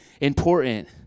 important